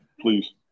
Please